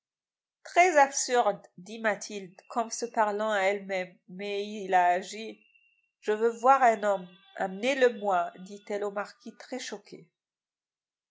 très absurde dit mathilde comme se parlant à elle-même mais il a agi je veux voir un homme amenez-le-moi dit-elle au marquis très choqué